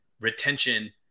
retention